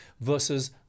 versus